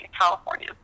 California